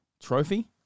trophy